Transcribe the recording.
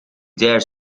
dare